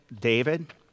David